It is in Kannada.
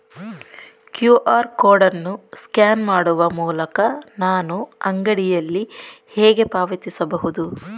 ಕ್ಯೂ.ಆರ್ ಕೋಡ್ ಅನ್ನು ಸ್ಕ್ಯಾನ್ ಮಾಡುವ ಮೂಲಕ ನಾನು ಅಂಗಡಿಯಲ್ಲಿ ಹೇಗೆ ಪಾವತಿಸಬಹುದು?